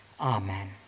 Amen